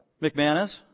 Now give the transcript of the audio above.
McManus